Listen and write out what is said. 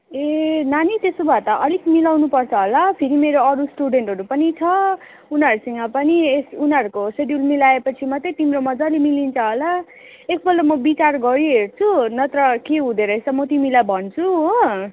ए नानी त्यसो भए त अलिक मिलाउनुपर्छ होला फेरि मेरो अरू स्टुडेन्टहरू पनि छ उनीहरूसँग पनि एस उनीहरूको सेड्युल मिलाएपछि मात्रै तिम्रो मज्जाले मिलिन्छ होला एकपल्ट म विचार गरिहेर्छु नत्र के हुँदोरहेछ म तिमीलाई भन्छु हो